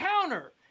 counter